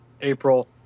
april